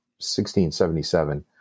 1677